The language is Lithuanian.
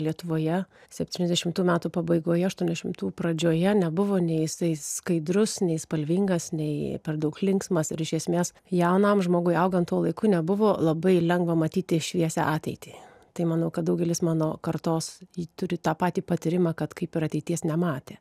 lietuvoje septyniasdešimtų metų pabaigoje aštuoniasdešimtų pradžioje nebuvo nei jisai skaidrus nei spalvingas nei per daug linksmas ir iš esmės jaunam žmogui augant tuo laiku nebuvo labai lengva matyti šviesią ateitį tai manau kad daugelis mano kartos turi tą patį patyrimą kad kaip ir ateities nematė